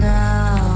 now